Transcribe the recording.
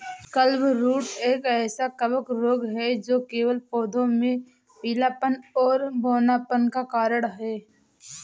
clubroot एक कवक रोग है जो केवल पौधों में पीलापन और बौनापन का कारण है